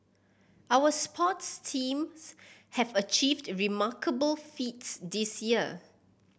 our sports teams have achieved remarkable feats this year